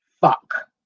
fuck